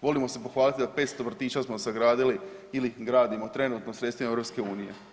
Volimo se pohvaliti da 500 vrtića smo izgradili ili gradimo trenutno sredstvima EU.